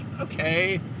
okay